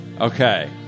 Okay